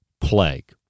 Plague